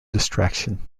distraction